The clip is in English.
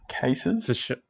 cases